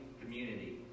community